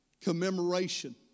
commemoration